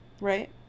right